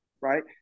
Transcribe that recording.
right